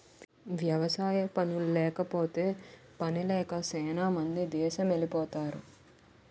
వ్యవసాయ పనుల్లేకపోతే పనిలేక సేనా మంది దేసమెలిపోతరు